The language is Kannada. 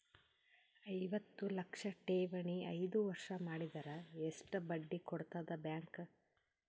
ಐವತ್ತು ಲಕ್ಷ ಠೇವಣಿ ಐದು ವರ್ಷ ಮಾಡಿದರ ಎಷ್ಟ ಬಡ್ಡಿ ಕೊಡತದ ಬ್ಯಾಂಕ್?